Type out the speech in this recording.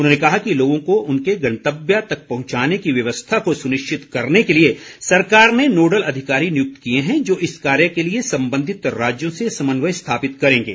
उन्होंने कहा कि लोगों को उनके गंतव्य तक पहंचाने की व्यवस्था को सुनिश्चित करने के लिए सरकार ने नोडल अधिकारी नियुक्त किए है जो इस कार्य के लिए संबंधित राज्यों से समन्वय स्थापित करेंगे